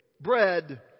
Bread